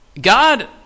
God